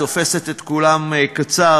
את תופסת את כולם קצר,